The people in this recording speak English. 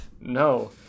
No